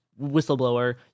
whistleblower